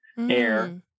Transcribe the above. Air